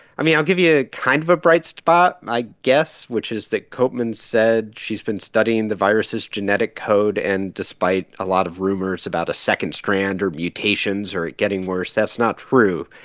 i mean, i'll give you kind of a bright spot, i guess, which is that koopmans said she's been studying the virus's genetic code. and despite a lot of rumors about a second strand or mutations or it getting worse, that's not true.